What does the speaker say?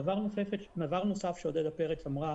דבר נוסף שעודדה פרץ אמרה